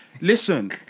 Listen